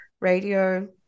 radio